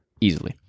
easily